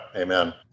Amen